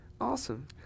awesome